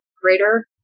greater